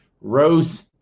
Rose